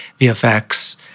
VFX